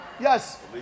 Yes